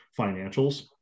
financials